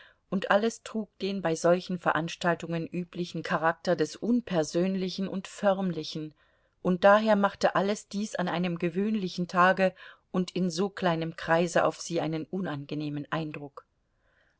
und alles trug den bei solchen veranstaltungen üblichen charakter des unpersönlichen und förmlichen und daher machte alles dies an einem gewöhnlichen tage und in so kleinem kreise auf sie einen unangenehmen eindruck